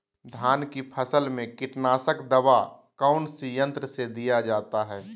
धान की फसल में कीटनाशक दवा कौन सी यंत्र से दिया जाता है?